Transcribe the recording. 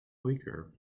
weaker